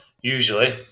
usually